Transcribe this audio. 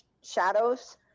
shadows